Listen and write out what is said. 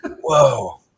Whoa